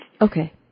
Okay